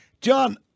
John